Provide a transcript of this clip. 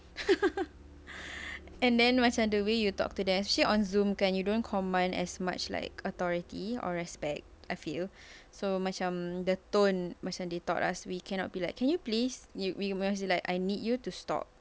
and then macam the way you talk to them actually on zoom kan you don't command as much like authority or respect I feel so macam the tone macam they taught us we cannot be like can you please you we must be like I need you to stop